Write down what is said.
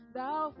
Thou